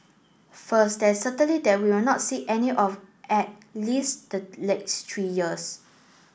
first there is certainty that we will not see any of at least the next three years